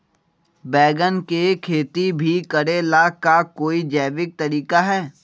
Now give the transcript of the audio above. बैंगन के खेती भी करे ला का कोई जैविक तरीका है?